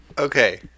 okay